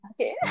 Okay